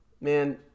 man